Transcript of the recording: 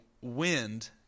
wind